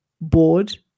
Bored